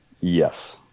Yes